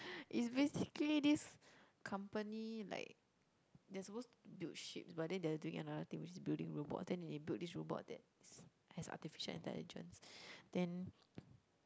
it's basically this company like they are supposed to build ships but then they are doing another thing which is building robots then when they built this robot that's has artificial intelligence then